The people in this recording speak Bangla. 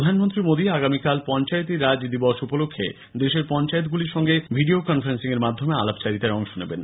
প্রধানমন্ত্রী মোদী আগামীকাল পঞ্চায়েতীরাজ দিবস উপলক্ষে দেশের পঞ্চায়েতগুলির সঙ্গে ভিডিও কনফারেন্সিং এর মাধ্যমে আলাপচারিতায় অংশ নেবেন